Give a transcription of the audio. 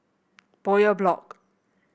Bowyer Block